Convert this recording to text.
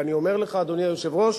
ואני אומר לך, אדוני היושב-ראש,